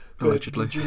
Allegedly